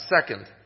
Second